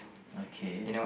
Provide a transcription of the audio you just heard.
okay